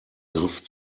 griff